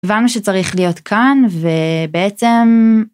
הבנו שצריך להיות כאן ובעצם.